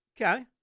Okay